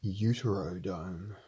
Uterodome